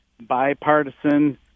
bipartisan